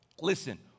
listen